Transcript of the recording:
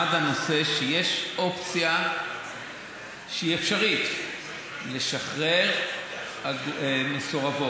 עמד הנושא שיש אופציה שהיא אפשרית לשחרר מסורבות.